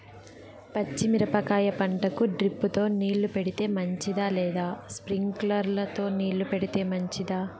పచ్చి మిరపకాయ పంటకు డ్రిప్ తో నీళ్లు పెడితే మంచిదా లేదా స్ప్రింక్లర్లు తో నీళ్లు పెడితే మంచిదా?